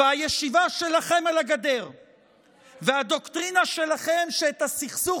והישיבה שלכם על הגדר והדוקטרינה שלכם שאת הסכסוך